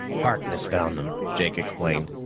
harkness found them, jake explained.